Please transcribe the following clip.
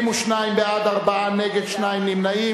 101 בעד, שניים נגד, אחד נמנע.